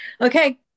okay